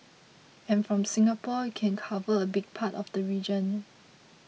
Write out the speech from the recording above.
and from Singapore you can cover a big part of the region